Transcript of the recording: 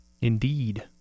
Indeed